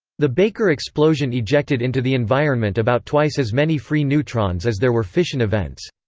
the baker explosion ejected into the environment about twice as many free neutrons as there were fission events.